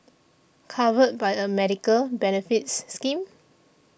covered by a medical benefits scheme